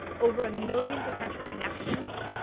over a million potential connections,